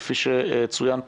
כפי שצוין פה,